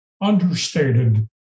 understated